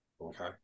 Okay